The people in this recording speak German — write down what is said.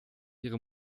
ihre